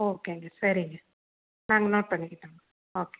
ஓகேங்க சரிங்க நாங்கள் நோட் பண்ணிக்கிட்டோம் ஓகே